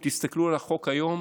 אם תסתכלו על החוק היום